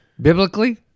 Biblically